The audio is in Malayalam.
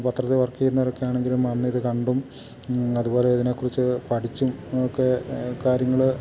പത്രത്തിൽ വർക്ക് ചെയ്യുന്നവരൊക്കെ ആണെങ്കിലും വന്നിത് കണ്ടും അതുപോലെ ഇതിനെക്കുറിച്ച് പഠിച്ചും ഒക്കെ കാര്യങ്ങള്